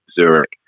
Zurich